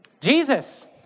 Jesus